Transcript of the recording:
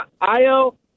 Io